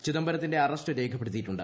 ചിദംബരത്തിന്റെ അറസ്റ്റ് രേഖപ്പെടുത്തിയിട്ടുണ്ട്